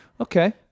Okay